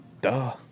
Duh